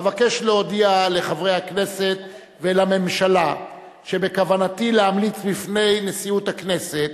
אבקש להודיע לחברי הכנסת ולממשלה שבכוונתי להמליץ לפני נשיאות הכנסת